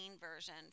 version